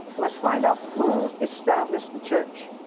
let's find out who established the church.